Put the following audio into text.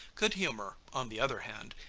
good humor, on the other hand,